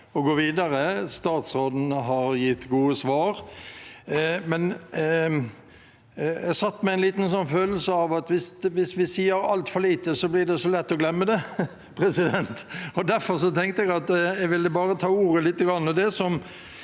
statsråden har gitt gode svar – men jeg satt med en liten følelse av at hvis vi sier altfor lite, blir det så lett å glemme det. Derfor tenkte jeg at jeg bare ville ta ordet lite